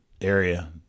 area